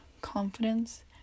confidence